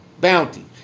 bounty